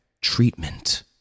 treatment